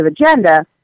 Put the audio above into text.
agenda